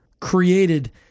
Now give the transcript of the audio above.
created